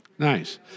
Nice